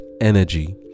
energy